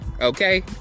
Okay